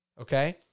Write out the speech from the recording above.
Okay